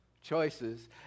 choices